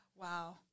Wow